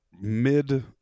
mid